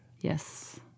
Yes